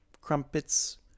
crumpets